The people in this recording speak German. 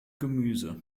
gemüse